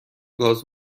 گاز